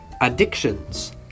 Addictions